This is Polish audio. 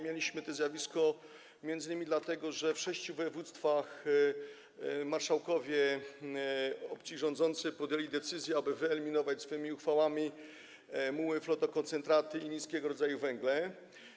Mieliśmy to zjawisko m.in. dlatego, że w sześciu województwach marszałkowie opcji rządzącej podjęli decyzję, aby wyeliminować swoimi uchwałami muły, flotokoncentraty i niskiej jakości węgle.